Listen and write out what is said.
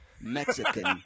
Mexican